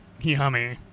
Yummy